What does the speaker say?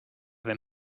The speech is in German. wenn